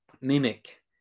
Mimic